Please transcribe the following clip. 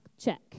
check